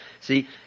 see